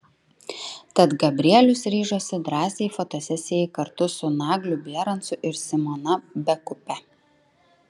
tad gabrielius ryžosi drąsiai fotosesijai kartu su nagliu bierancu ir simona bekupe